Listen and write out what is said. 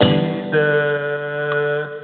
Jesus